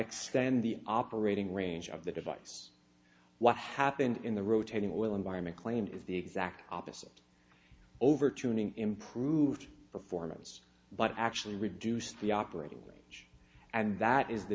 extend the operating range of the device what happened in the rotating oil environment claim is the exact opposite over tuning improved performance but actually reduced the operating range and that is the